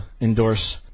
endorse